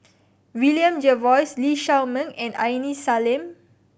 William Jervois Lee Shao Meng and Aini Salim